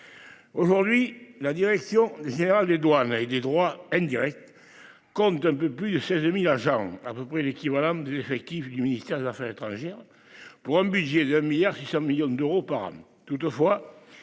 Aujourd'hui, la direction générale des douanes et des droits indirects. Compte un peu plus de 16.000 agents à peu près l'équivalent des effectifs du ministère des Affaires étrangères. Pour un budget d'un milliard 600 millions d'euros par an. Toutefois.